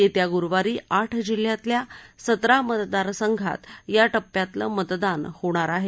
येत्या गुरुवारी आठ जिल्ह्यातल्या सतरा मतदारसंघात या टप्प्यातलं मतदान होणार आहे